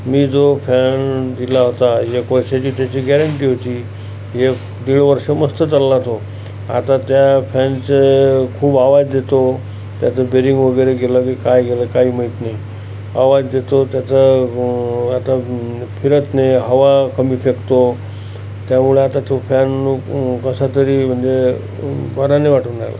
मी जो फॅन दिला होता एक वर्षाची त्याची गॅरंटी होती एक दीड वर्ष मस्त चालला तो आता त्या फॅनचं खूप आवाज येतो त्याच बेरिंग वगैरे गेलं की काय गेलं काय माहीत नाही आवाज येतो त्याचं आता फिरत नाही हवा कमी फेकतो त्यामुळे आता तो फॅन कसा तरी म्हणजे बरा नाही वाटून राहिला